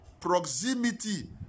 proximity